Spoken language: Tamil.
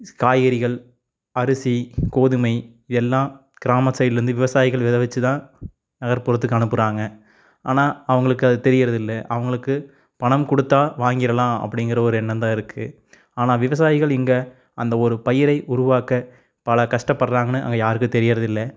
காய்கறிகள் அரிசி கோதுமை எல்லாம் கிராமம் சைட்லேர்ந்து விவசாயிகளை விளை வச்சு தான் நகர்புறத்துக்கு அனுப்புறாங்க ஆனால் அவங்களுக்கு அது தெரிகிறதில்லை அவங்களுக்கு பணம் கொடுத்தா வாங்கிடலாம் அப்படிங்குற ஒரு எண்ணம்தான் இருக்கது ஆனால் விவசாயிகள் இங்கே அந்த ஒரு பயிரை உருவாக்க பல கஷ்டப்படுறாங்கனு அங்கே யாருக்கும் தெரிகிறதில்லை